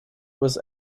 was